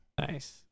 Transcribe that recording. Nice